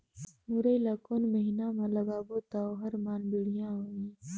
मुरई ला कोन महीना मा लगाबो ता ओहार मान बेडिया होही?